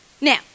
Now